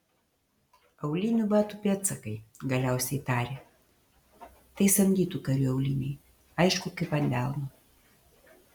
aulinių batų pėdsakai galiausiai tarė tai samdytų karių auliniai aišku kaip ant delno